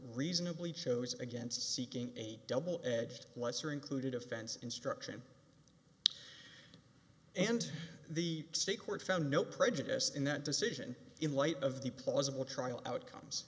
reasonably chose against seeking a double edged lesser included offense instruction and the state court found no prejudice in that decision in light of the plausible trial outcomes